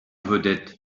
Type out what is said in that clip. vedette